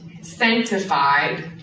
sanctified